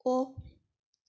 off